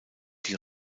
die